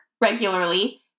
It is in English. regularly